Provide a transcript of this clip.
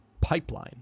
pipeline